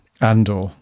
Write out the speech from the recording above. Andor